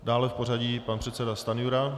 Dále v pořadí pan předseda Stanjura.